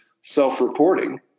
self-reporting